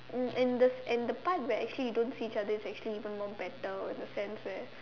mm and and the part where actually don't see each other is even more better in the sense where